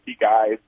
guys